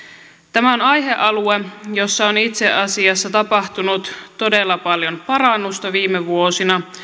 tämä on aihealue jossa on itse asiassa tapahtunut todella paljon parannusta viime vuosina